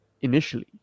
initially